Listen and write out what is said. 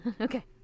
Okay